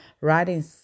writing